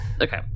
Okay